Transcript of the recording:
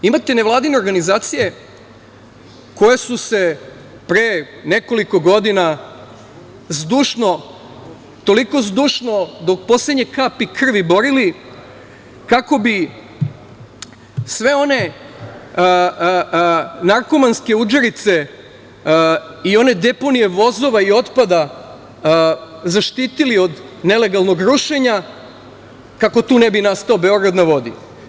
Imate nevladine organizacije koje su se pre nekoliko godina zdušno, do poslednje kapi krvi borili kako bi sve one narkomanske udžerice i one deponije vozova i otpada zaštitili od nelegalnog rušenja kako tu ne bi nastao Beograd na vodi.